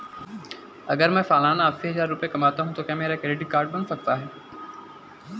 अगर मैं सालाना अस्सी हज़ार रुपये कमाता हूं तो क्या मेरा क्रेडिट कार्ड बन सकता है?